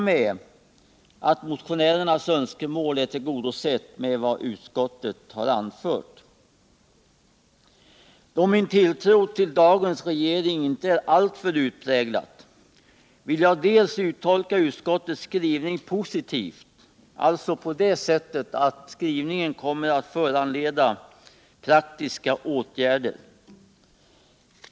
Motionärernas önskemål synes i stort vara tillgodosett.” Då min tilltro till dagens regering inte är alltför utpräglad vill jag uttolka utskottets skrivning positivt, dvs. på det sättet att skrivningen kommer att föranleda praktiska åtgärder.